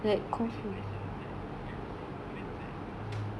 ya it's like quite sad like I know singaporeans like gaji